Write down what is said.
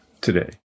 today